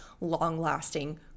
long-lasting